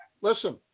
Listen